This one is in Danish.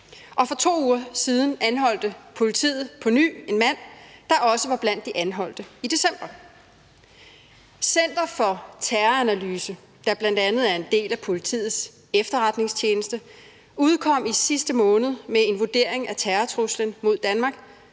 og for 2 uger siden anholdt politiet på ny en mand, der også var blandt de anholdte i december. Center for Terroranalyse, der bl.a. er en del af Politiets Efterretningstjeneste, udkom i sidste måned med en vurdering af terrortruslen mod Danmark.